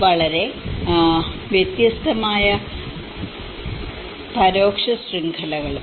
വളരെ വ്യത്യസ്തമായ പരോക്ഷ ശൃംഖലകളും